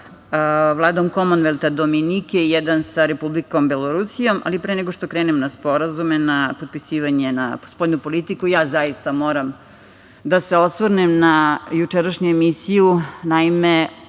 Vladom Komonvelta Dominike, jedan sa Republikom Belorusijom. Pre nego što krenem na sporazume, na potpisivanje, na spoljnu politiku, ja zaista moram da se osvrnem na jučerašnju emisiju. Naime,